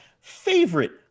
favorite